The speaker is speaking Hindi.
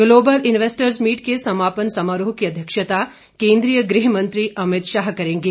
ग्लोबल इन्वेस्टर्स मीट के समापन समारोह की अध्यक्षता केंद्रीय गृहमंत्री अमित शाह करेंगे